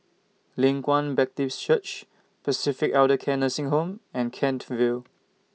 Leng Kwang Baptive Church Pacific Elder Care Nursing Home and Kent Vale